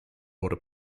water